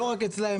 לא רק אצלם,